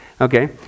Okay